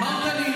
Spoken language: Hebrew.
אמרת לי,